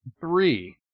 three